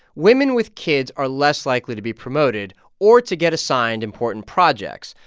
women with kids are less likely to be promoted or to get assigned important projects.